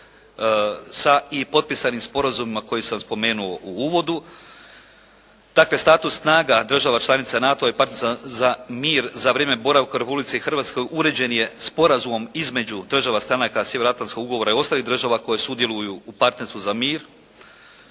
sa i potpisanim sporazumima koje sam spomenuo u uvodu. Dakle, status snaga država članica NATO-a i partnerstva za mir za vrijeme boravka u Republici Hrvatskoj uređen je sporazumom između država stranaka Sjevernoatlantskog ugovora i ostalih država koje sudjeluju u partnerstvu za mir.